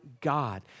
God